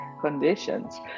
conditions